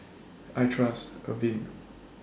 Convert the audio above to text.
I Trust Avene